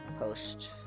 post